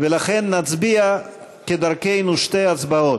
ולכן נצביע, כדרכנו, שתי הצבעות.